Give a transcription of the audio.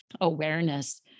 awareness